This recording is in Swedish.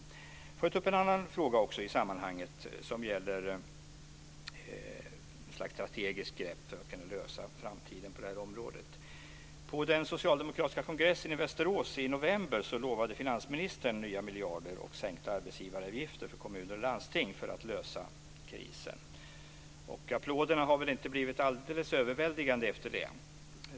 Låt mig också ta upp en annan fråga i sammanhanget. Det gäller ett slags strategiskt grepp för att man ska kunna lösa de framtida behoven på det här området. På den socialdemokratiska kongressen i Västerås i november lovade finansministern nya miljarder och sänkta arbetsgivaravgifter för kommuner och landsting för att lösa krisen. Applåderna har väl inte blivit alldeles överväldigande efter det.